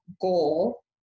goal